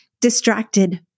distracted